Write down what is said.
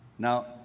Now